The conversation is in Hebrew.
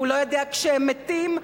הוא לא יודע כשהם מתים,